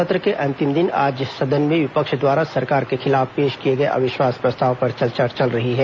सत्र के अंतिम दिन आज सदन में विपक्ष द्वारा सरकार के खिलाफ पेश किए गए अविश्वास प्रस्ताव पर चर्चा चल रही है